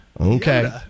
Okay